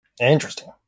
Interesting